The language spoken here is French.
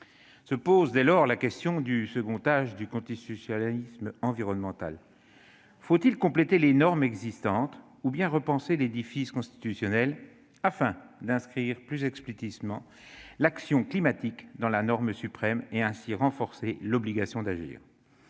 Se pose dès lors la question du second âge. Faut-il compléter les normes existantes ou bien repenser l'édifice constitutionnel afin d'inscrire plus explicitement l'action climatique dans la norme suprême, et ainsi renforcer l'obligation d'agir ?